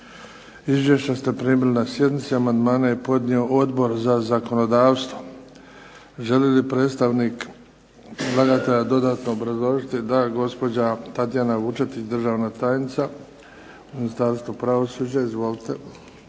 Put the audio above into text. Izvješća ste primili na sjednici. Amandmane je podnio Odbor za zakonodavstvo. Želi li predstavnik predlagatelja dodatno obrazložiti? Da. Gospođa Tatjana Vučetić, državna tajnica u Ministarstvu pravosuđa. Izvolite.